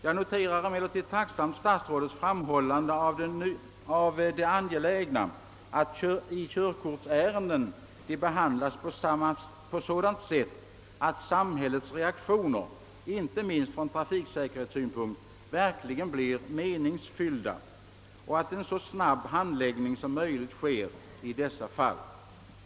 Jag noterar emellertid tacksamt statsrådets framhållande av det angelägna i att körkortsärendena behandlas på sådant sätt att samhällets reaktioner, inte minst från = trafiksäkerhetssynpunkt, verkligen blir meningsfyllda och att en så snabb handläggning som möjligt sker i dessa fall.